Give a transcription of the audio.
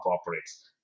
operates